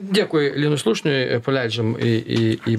dėkui linui slušniui ir paleidžiam į į į